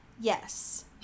Yes